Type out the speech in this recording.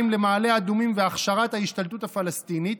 למעלה אדומים והכשרת ההשתלטות הפלסטינית,